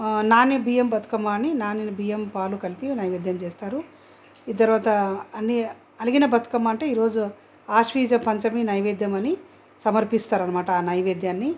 నాని బియ్యం బతుకమ్మ అని నానిన బియ్యం పాలు కలిపి నైవేద్యం చేస్తారు ఇది తరవాత అన్నీ అలిగిన బతుకమ్మ అంటే ఈ రోజు ఆశ్వేయుజా పంచమి ఏ నైవేద్యం అని సమర్పిస్తారు అని మాట ఆ నైవేద్యాన్ని